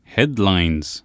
Headlines